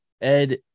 Ed